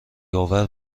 آور